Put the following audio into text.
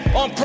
on